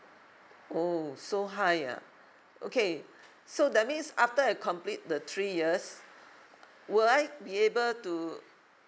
oh so high ah okay so that means after I complete the three years would I be able to